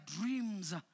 dreams